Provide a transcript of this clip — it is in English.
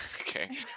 Okay